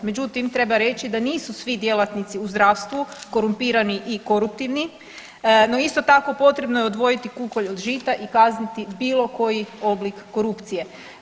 Međutim, treba reći da nisu svi djelatnici u zdravstvu korumpirani i koruptivni, no isto tako potrebno je odvojiti kukolj od žita i kazniti bilo koji oblik korupcije.